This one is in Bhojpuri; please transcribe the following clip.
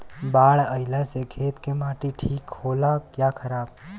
बाढ़ अईला से खेत के माटी ठीक होला या खराब?